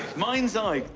mind's eye,